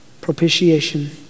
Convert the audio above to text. propitiation